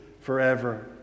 forever